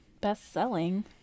Best-selling